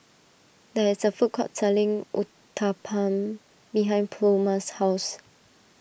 there is a food court selling Uthapam behind Pluma's house